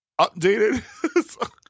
updated